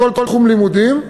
בכל תחום לימודים,